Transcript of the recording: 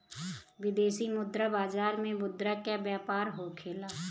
विदेशी मुद्रा बाजार में मुद्रा के व्यापार होखेला